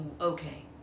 okay